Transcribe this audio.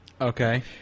Okay